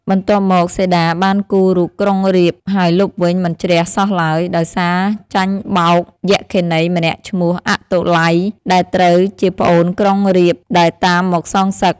បន្ទាប់មក សីតាបានគូររូបក្រុងរាពណ៍ ហើយលុបវិញមិនជ្រះសោះឡើយ ដោយសារចាញ់បោកយក្ខិនីម្នាក់ឈ្មោះ អាតុល័យ ដែលត្រូវជាប្អូនក្រុងរាពណ៍ដែលតាមមកសងសឹក។